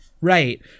Right